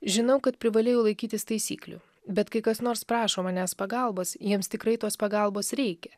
žinau kad privalėjau laikytis taisyklių bet kai kas nors prašo manęs pagalbos jiems tikrai tos pagalbos reikia